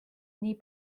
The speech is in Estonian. nii